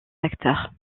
acteur